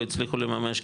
לא הצליחו לממש,